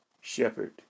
shepherd